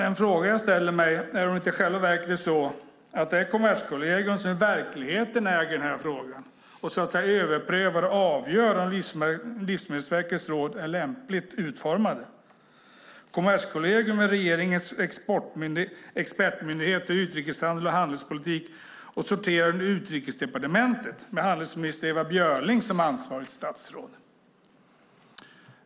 En fråga jag ställer mig är om det inte i själva verket är Kommerskollegium som äger den här frågan och så att säga överprövar och avgör om Livsmedelsverkets råd är lämpligt utformade. Kommerskollegium är regeringens expertmyndighet för utrikeshandel och handelspolitik och sorterar under Utrikesdepartementet, med handelsminister Ewa Björling som ansvarigt statsråd.